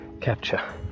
capture